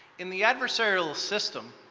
in the adversarial system,